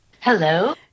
Hello